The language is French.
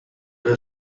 the